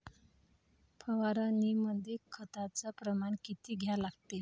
फवारनीमंदी खताचं प्रमान किती घ्या लागते?